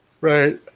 Right